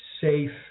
safe